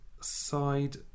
side